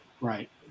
Right